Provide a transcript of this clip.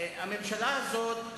המציאה את הגלגל,